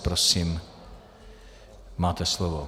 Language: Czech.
Prosím, máte slovo.